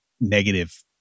negative